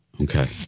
Okay